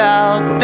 out